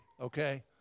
okay